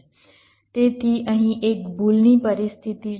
તેથી અહીં એક ભૂલની પરિસ્થિતિ છે